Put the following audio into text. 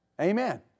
Amen